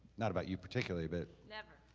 not about your particularly, but never.